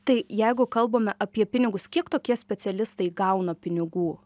tai jeigu kalbame apie pinigus kiek tokie specialistai gauna pinigų